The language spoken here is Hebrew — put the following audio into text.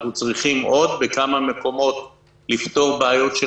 אנחנו צריכים לפעול עוד בכמה מקומות כדי לפתור בעיות של